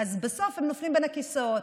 אז בסוף הם נופלים בין הכיסאות,